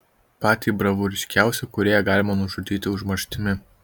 patį bravūriškiausią kūrėją galima nužudyti užmarštimi